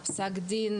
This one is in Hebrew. וזה נתון